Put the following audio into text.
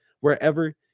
wherever